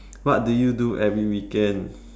what do you do every weekend